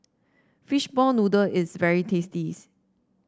fish ball noodle is very tasty